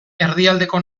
erdialdeko